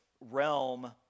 realm